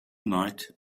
night